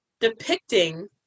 depicting